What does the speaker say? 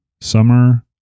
summer